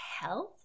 health